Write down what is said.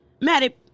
Maddie